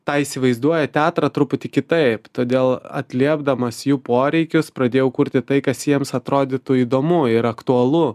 tą įsivaizduoja teatrą truputį kitaip todėl atliepdamas jų poreikius pradėjau kurti tai kas jiems atrodytų įdomu ir aktualu